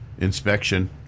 inspection